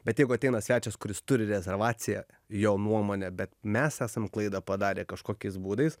bet jeigu ateina svečias kuris turi rezervaciją jo nuomone bet mes esam klaidą padarę kažkokiais būdais